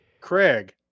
Craig